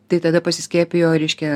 tai tada pasiskiepijo ryškia